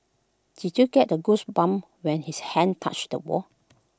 did you get the goosebumps when his hand touched the wall